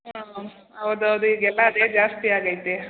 ಹಾಂ ಹೌದ್ ಹೌದು ಈಗೆಲ್ಲ ಅದೇ ಜಾಸ್ತಿ ಆಗುತೈತೆ